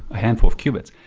a handful of qubits.